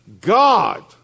God